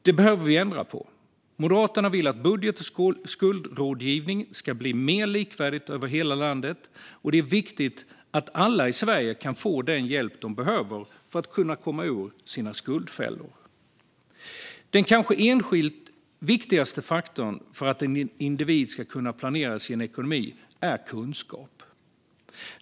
Det behöver vi ändra på. Moderaterna vill att budget och skuldrådgivningen ska bli mer likvärdig över hela landet. Det är viktigt att alla i Sverige kan få den hjälp de behöver för att komma ur sina skuldfällor. Den kanske enskilt viktigaste faktorn för att en individ ska kunna planera sin ekonomi är kunskap.